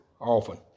often